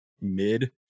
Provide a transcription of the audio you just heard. mid